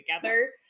together